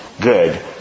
good